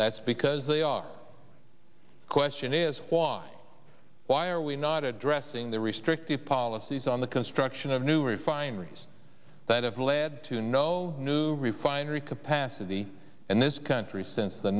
that's because they are question is why why are we not addressing the restrictive policies on the construction of new refineries that have led to no new refinery capacity and this country since the